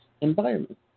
environment